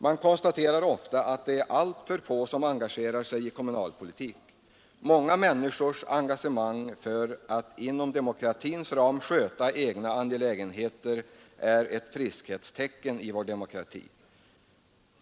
Man konstaterar ofta att det är alltför få som engagerar sig i kommunalpolitik. Många människors engagemang för att inom lagens och demokratins ram sköta egna angelägenheter är ett friskhetstecken för demokratin.